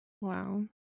Wow